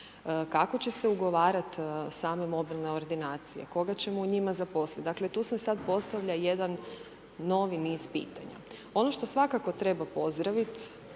Kako će se ugovarat same mobilne ordinacije, koga ćemo u njima zaposlit? Dakle tu se sad postavlja jedan novi niz pitanja. Ono što svakako treba pozdravit